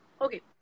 Okay